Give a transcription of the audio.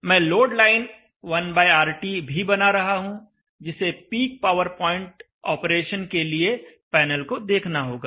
मैं load line 1RT भी बना रहा हूं जिसे पीक पावर पॉइंट ऑपरेशन लिए पैनल को देखना होगा